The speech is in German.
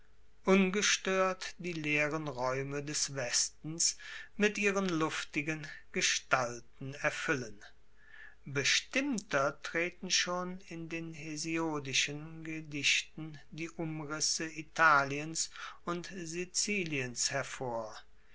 ungestoert die leeren raeume des westens mit ihren luftigen gestalten erfuellen bestimmter treten schon in den hesiodischen gedichten die umrisse italiens und siziliens hervor